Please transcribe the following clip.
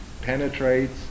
penetrates